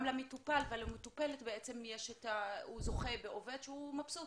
גם למטופל ולמטופלת בעצם הוא זוכה בעובד שהוא מבסוט,